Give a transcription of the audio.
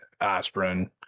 aspirin